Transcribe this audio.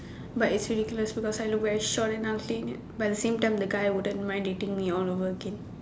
but it's ridiculous because I have to wear short that kind of thing but the same time the guy wouldn't mind dating me all over again